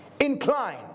incline